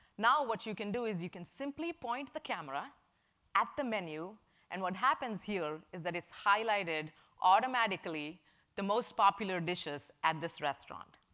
now what you can do is you can simply point the camera at the menu and what happens here is that it's highlighted automatically the most popular dishes at this restaurant.